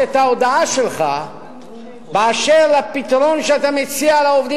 שאת ההודעה שלך על פתרון שאתה מציע לעובדים